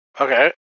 Okay